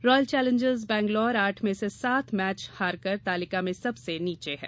royal Challengers Bangalore आठ मे से सात मैच हारकर तालिका में सबसे नीचे है